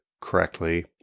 correctly